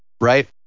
right